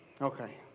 Okay